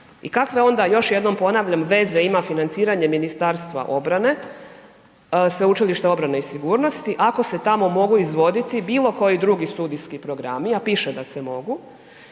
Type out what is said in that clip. I kakve onda još jednom ponavljam, veze ima financiranje MORH-a, Sveučilišta obrane i sigurnosti ako se tamo mogu izvoditi bilokoji drugi studijski programi a piše da se mogu,